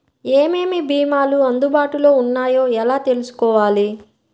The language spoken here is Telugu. ఏమేమి భీమాలు అందుబాటులో వున్నాయో ఎలా తెలుసుకోవాలి?